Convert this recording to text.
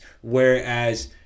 Whereas